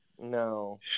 No